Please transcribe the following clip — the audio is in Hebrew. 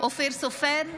אופיר סופר,